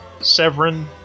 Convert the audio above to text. Severin